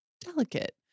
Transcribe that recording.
delicate